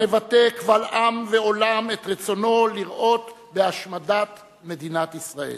המבטא קבל עם ועולם את רצונו לראות בהשמדת מדינת ישראל.